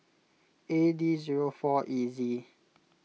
A D zero four E Z